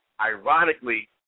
Ironically